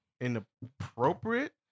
inappropriate